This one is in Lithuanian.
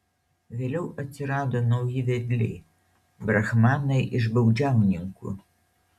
vėliau atsirado nauji vedliai brahmanai iš baudžiauninkų